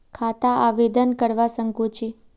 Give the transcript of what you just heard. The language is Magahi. खाता आवेदन करवा संकोची?